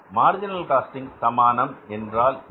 marginal costing சமானம் என்ன